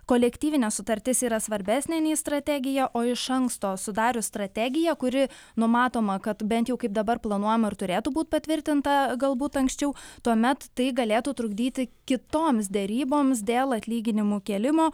kolektyvinė sutartis yra svarbesnė nei strategija o iš anksto sudarius strategiją kuri numatoma kad bent jau kaip dabar planuojama ir turėtų būt patvirtinta galbūt anksčiau tuomet tai galėtų trukdyti kitoms deryboms dėl atlyginimų kėlimo